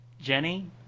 Jenny